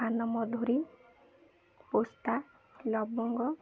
ପାନମଧୁରୀ ପୋସ୍ତ ଲବଙ୍ଗ